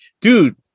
dude